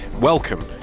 Welcome